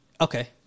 Okay